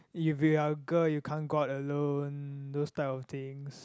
if you are a girl you can't go out alone those type of things